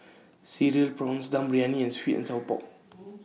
Cereal Prawns Dum Briyani and Sweet and Sour Pork